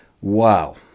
Wow